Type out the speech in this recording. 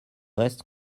reste